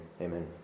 amen